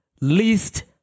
least